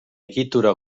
egitura